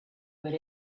but